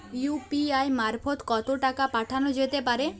UPI মারফত কত টাকা পাঠানো যেতে পারে?